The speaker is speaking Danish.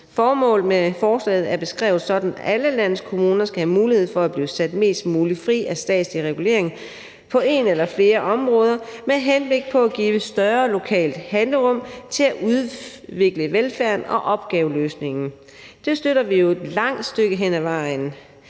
Formålet med forslaget er beskrevet sådan, at »herved får alle landets kommuner mulighed for at blive sat mest muligt fri af statslig regulering på et eller flere områder med henblik på at give langt større lokalt handlerum til at udvikle velfærden og opgaveløsningen.« Det støtter vi et langt stykke hen ad vejen,